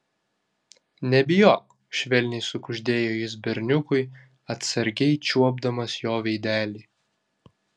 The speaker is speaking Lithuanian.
nebijok švelniai sukuždėjo jis berniukui atsargiai čiuopdamas jo veidelį